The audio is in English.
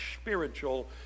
spiritual